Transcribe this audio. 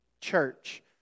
church